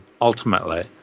ultimately